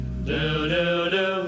Do-do-do